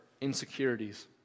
insecurities